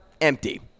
empty